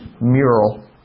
mural